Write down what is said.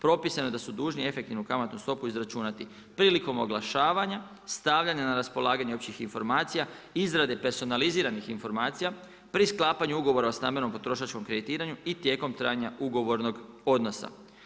Propisano je da su dužni efektivnu kamatnu stopu izračunati prilikom oglašavanja, stavljanje na raspolaganje općih informacija, izrade personaliziranih informacija, pri sklapanju ugovora o stambenom potrošačkom kreditiranju i tijekom trajanja ugovornog odnosa.